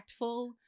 impactful